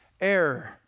error